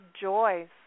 joys